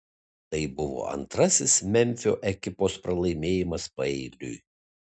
tai buvo antrasis memfio ekipos pralaimėjimas paeiliui